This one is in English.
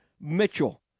Mitchell